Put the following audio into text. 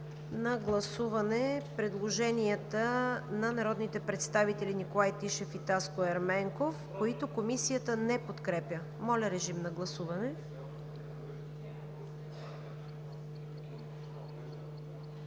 на гласуване предложението на народните представители Николай Тишев и Таско Ерменков, които Комисията не подкрепя. Гласували